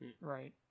Right